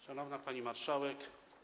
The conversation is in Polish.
Szanowna Pani Marszałek!